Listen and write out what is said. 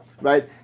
Right